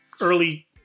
early